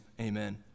Amen